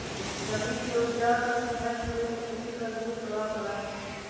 जमीन के उपजाऊ शक्ति नष्ट होवे से खेती पर विरुद्ध प्रभाव पड़ा हई